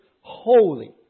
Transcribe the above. holy